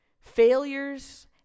Failures